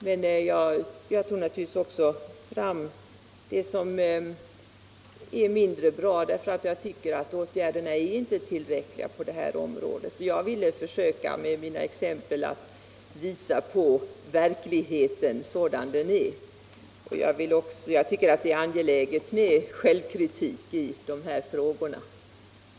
Men jag berörde naturligtvis också det som är mindre bra, eftersom jag inte tycker att åtgärderna är tillräckligt omfattande på detta område. Jag försökte med mina exempel visa på verkligheten sådan den är därför att jag finner det angeläget med självkritik i de här frågorna.